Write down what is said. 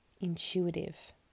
intuitive